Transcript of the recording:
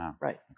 Right